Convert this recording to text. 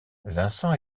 vincent